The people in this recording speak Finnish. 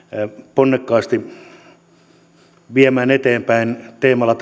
ponnekkaasti viemään eteenpäin teemalla